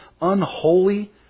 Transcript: unholy